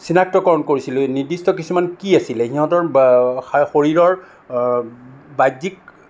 চিনাক্তকৰণ কৰিছিলোঁ নিৰ্দিষ্ট কিছুমান কী আছিল সিহঁতৰ শৰীৰৰ বাহ্য়িক